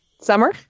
summer